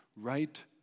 right